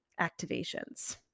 activations